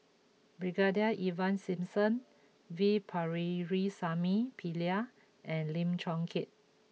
Brigadier Ivan Simson V Pakirisamy Pillai and Lim Chong Keat